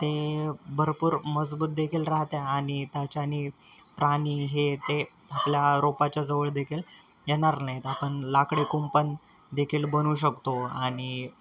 ते भरपूर मजबूतदेखील राहतं आणि त्याच्यानी प्राणी हे ते आपल्या रोपाच्या जवळ देखील येणार नाहीत आपण लाकडी कुंपणदेखील बनवू शकतो आणि